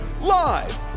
live